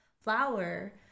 flower